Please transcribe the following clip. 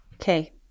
Okay